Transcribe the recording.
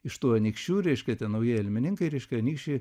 iš tų anykščių reiškia tie naujieji almininkai reiškia anykščiai